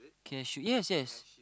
CareShield yes yes